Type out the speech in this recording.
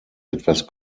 etwas